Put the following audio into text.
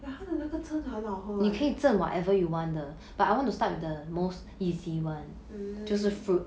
but 他的那个真的很好喝 eh